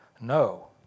No